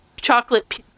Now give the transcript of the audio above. chocolate